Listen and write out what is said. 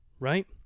right